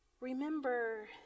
Remember